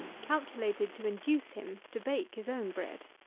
calculated to induce him to bake his own bread.